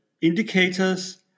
indicators